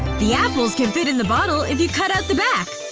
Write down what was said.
the apples can fit in the bottle if you cut out the back!